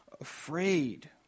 afraid